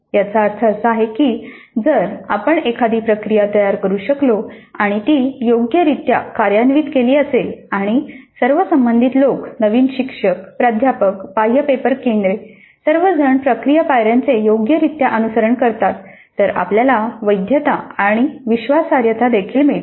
याचा अर्थ असा आहे की जर आपण एखादी प्रक्रिया तयार करू शकलो आणि ती योग्यरित्या कार्यान्वित केली असेल आणि सर्व संबंधित लोक नवीन शिक्षक प्राध्यापक बाह्य पेपर केंद्रे सर्वजण प्रक्रिया पायर्यांचे योग्यरित्या अनुसरण करतात तर आपल्याला वैधता आणि विश्वासार्हता देखील मिळते